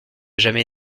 jamais